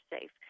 safe